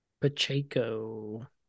Pacheco